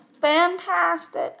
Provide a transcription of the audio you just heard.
fantastic